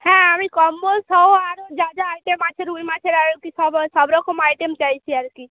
হ্যাঁ আমি সহ আরো যা যা আইটেম আছে রুই মাছের আরো কি সব সব রকম আইটেম চাইছি আর কি